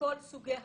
לכל סוגי המימונים,